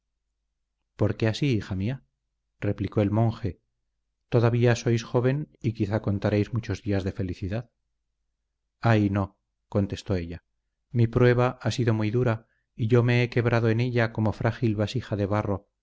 qué así hija mía replicó el monje todavía sois joven y quizá contaréis muchos días de felicidad ay no contestó ella mi prueba ha sido muy dura y yo me he quebrado en ella como frágil vasija de barro